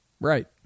Right